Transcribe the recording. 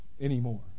anymore